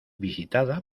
visitada